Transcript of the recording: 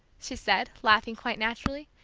she said, laughing quite naturally.